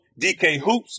DKHOOPS